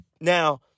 Now